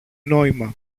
νόημα